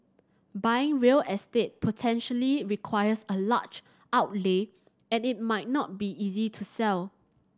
buying real estate potentially requires a large outlay and it might not be easy to sell